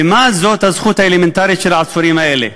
מה זאת הזכות האלמנטרית של העצורים האלה?